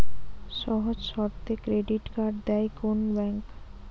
সহজ শর্তে credit card দেয় কোন ব্যাংক?